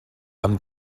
amb